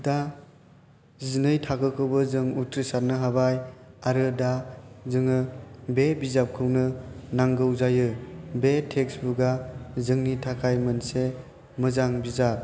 दा जिनै थाखोखौबो जों उथ्रिसारनो हाबाय आरो दा जों बे बिजाबखौनो नांगौ जायो बे टेक्स्त बुकआ जोंनि थाखाय मोनसे मोजां बिजाब